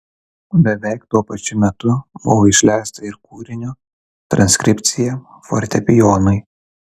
beveik tuo pačiu metu buvo išleista ir kūrinio transkripcija fortepijonui